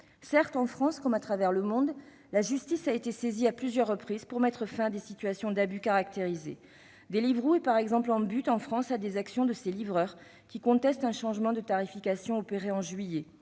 Certes, en France, comme à travers le monde, la justice a été saisie à plusieurs reprises pour mettre fin à des situations d'abus caractérisé. Ainsi, Deliveroo est en butte en France à des actions de ses livreurs, qui contestent un changement de tarification opéré en juillet.